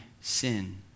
sin